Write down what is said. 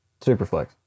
Superflex